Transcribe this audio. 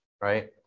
right